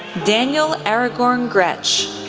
daniel aragorn gretsch,